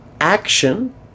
action